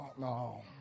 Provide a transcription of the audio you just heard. No